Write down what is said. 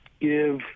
give